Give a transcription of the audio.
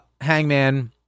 Hangman